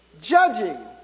Judging